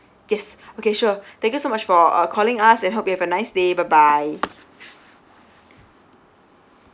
yes okay sure thank you so much for uh calling us and hope you have a nice day bye bye